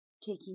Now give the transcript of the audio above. taking